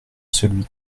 celui